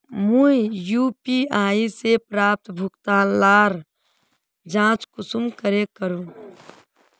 मुई यु.पी.आई से प्राप्त भुगतान लार जाँच कुंसम करे करूम?